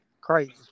crazy